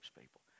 people